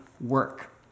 work